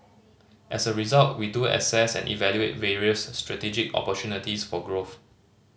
as a result we do assess and evaluate various strategic opportunities for growth